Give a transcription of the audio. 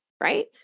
right